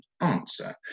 answer